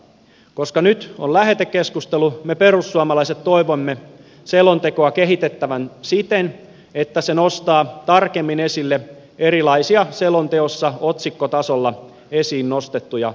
koska nyt on lähetekeskustelu me perussuomalaiset toivomme selontekoa kehitettävän siten että se nostaa tarkemmin esille erilaisia selonteossa otsikkotasolla esiin nostettuja vaikuttamisen muotoja